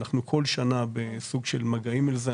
אנחנו כל שנה בסוג של מגעים על זה,